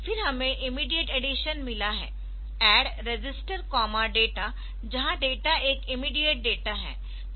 फिर हमें immediate addition मिला है ADD register data Add register data जहां डेटा एक इमीडियेट डेटा है